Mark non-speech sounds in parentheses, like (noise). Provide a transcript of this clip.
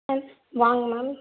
(unintelligible) வாங்க மேம்